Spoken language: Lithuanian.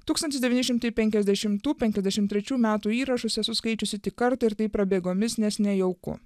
tūkstantis devyni šimtai penkiasdešimtų penkiasdešim trečių metų įrašus esu skaičiusi tik kartą ir tai prabėgomis nes nejauku